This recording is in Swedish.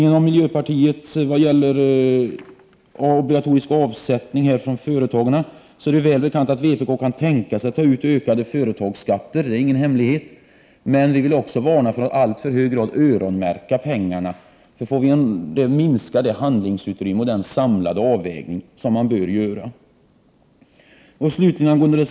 När det gäller en obligatorisk avsättning för inköp av naturskog är det väl bekant att vpk kan tänka sig att man tar ut ökade företagsskatter. Det är ingen hemlighet, men vi vill också varna för att i alltför hög grad öronmärka pengarna. Då får man ett minskat handlingsutrymme för den samlade avvägning som man bör göra.